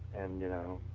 and you know,